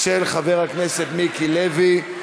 של חבר הכנסת מיקי לוי,